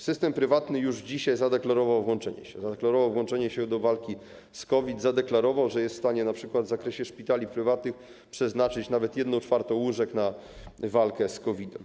System prywatny już dzisiaj zadeklarował włączenie się, zadeklarował włączenie się do walki z COVID, zadeklarował, że jest w stanie np. w zakresie szpitali prywatnych przeznaczyć nawet 1/4 łóżek na walkę z COVID-em.